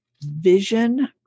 vision